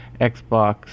Xbox